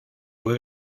fue